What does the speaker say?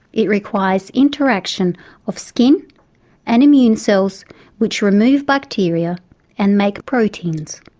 it requires interaction of skin and immune cells which remove bacteria and make proteins.